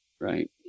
right